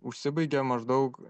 užsibaigia maždaug